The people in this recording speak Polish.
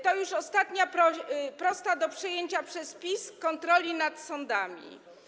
To już ostatnia prosta do przejęcia przez PiS kontroli nad sądami.